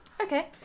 Okay